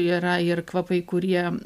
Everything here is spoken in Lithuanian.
yra ir kvapai kurie